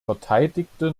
verteidigte